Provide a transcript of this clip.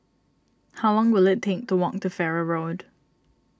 how long will it take to walk to Farrer Road